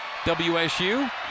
WSU